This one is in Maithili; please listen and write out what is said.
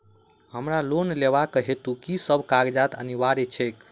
हमरा लोन लेबाक हेतु की सब कागजात अनिवार्य छैक?